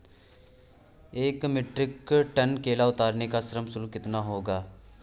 एक metric ton केला उतारने का श्रम शुल्क कितना होगा?